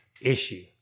issue